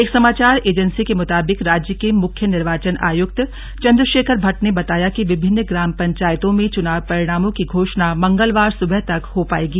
एक समाचार एजेंसी के मुताबिक राज्य के मुख्य निर्वाचन आयुक्त चंद्रशेखर भट्ट ने बताया कि विभिन्न ग्राम पंचायतों में चुनाव परिणामों की घोषणा मंगलवार सुबह तक हो पाएगी